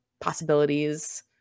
possibilities